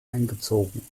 eingezogen